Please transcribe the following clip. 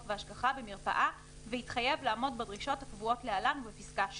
והשגחה במרפאה והתחייב לעמוד בדרישות הקבועות להלן ובפסקה (6):